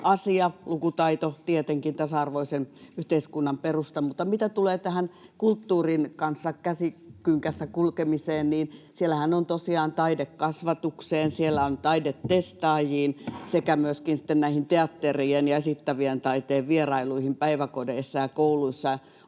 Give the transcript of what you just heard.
Lukutaito on tietenkin tasa-arvoisen yhteiskunnan perusta. Mitä tulee tähän kulttuurin kanssa käsikynkässä kulkemiseen, niin siellähän on tosiaan lisäyksiä taidekasvatukseen, siellä on Taidetestaajiin sekä myöskin sitten näihin teatterien ja esittävän taiteen vierailuihin päiväkodeissa ja kouluissa.